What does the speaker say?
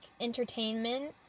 entertainment